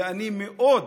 ואני מאוד